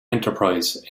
enterprise